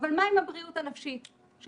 לפי ההנחיות של